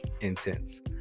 intense